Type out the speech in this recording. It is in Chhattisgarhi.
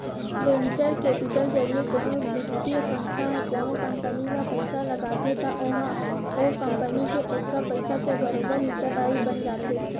वेंचर केपिटल जरिए कोनो बित्तीय संस्था ह कोनो कंपनी म पइसा लगाथे त ओहा ओ कंपनी के ओतका पइसा के बरोबर हिस्सादारी बन जाथे